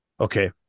okay